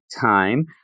time